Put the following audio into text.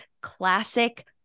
classic